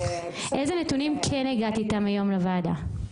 איזה נתונים כן הגעת היום לוועדה?